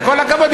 וכל הכבוד,